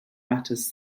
matters